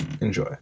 Enjoy